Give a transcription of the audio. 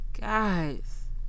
Guys